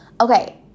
Okay